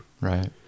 Right